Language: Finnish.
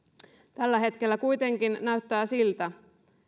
tällä hetkellä kuitenkin näyttää siltä